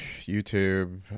YouTube